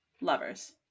lovers